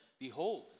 behold